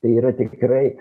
tai yra tikrai